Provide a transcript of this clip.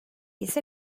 ise